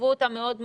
חוו אותה מאוד קשה,